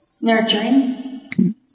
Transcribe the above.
Nurturing